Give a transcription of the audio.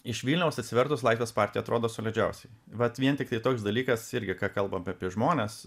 iš vilniaus atsivertus laisvės partija atrodo solidžiausiai vat vien tiktai toks dalykas irgi ką kalba apie apie žmones